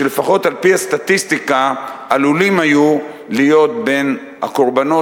שלפחות על-פי הסטטיסטיקה עלולים היו להיות בין הקורבנות,